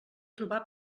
trobar